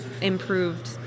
improved